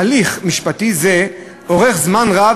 הליך משפטי זה אורך זמן רב,